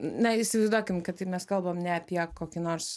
na įsivaizduokim kad jei mes kalbam ne apie kokį nors